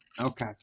Okay